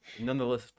nonetheless